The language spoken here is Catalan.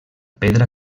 pedra